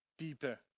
Deeper